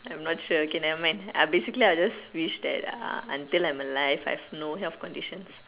I'm not sure okay nevermind I basically I just wish that uh until I'm alive I have no health conditions